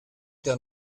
der